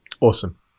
Awesome